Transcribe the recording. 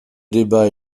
débat